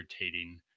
irritating